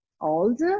old